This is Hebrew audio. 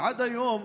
עד היום,